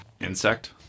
Insect